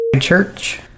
Church